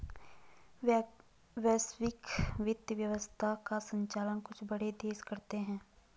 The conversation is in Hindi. वैश्विक वित्त व्यवस्था का सञ्चालन कुछ बड़े देश करते हैं